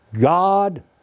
God